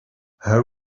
her